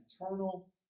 eternal